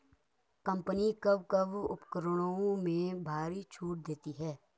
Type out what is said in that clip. Company कब कब उपकरणों में भारी छूट देती हैं?